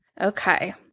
Okay